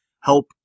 help